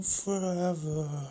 forever